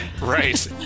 Right